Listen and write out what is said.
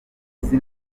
uzi